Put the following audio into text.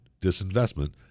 disinvestment